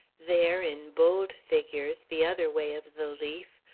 there, in bold figures, the other way of the leaf,